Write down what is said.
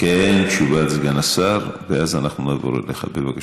קודם תשובת סגן השר ואז אנחנו נעבור אליך, בבקשה.